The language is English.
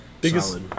Biggest